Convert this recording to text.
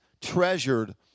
treasured